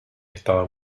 estaba